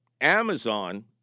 Amazon